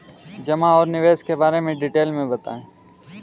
जमा और निवेश के बारे में डिटेल से बताएँ?